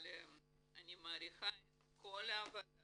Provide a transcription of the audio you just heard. אבל אני מעריכה את כל העבודה